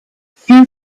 few